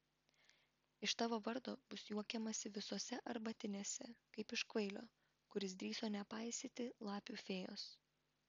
iš tavo vardo bus juokiamasi visose arbatinėse kaip iš kvailio kuris drįso nepaisyti lapių fėjos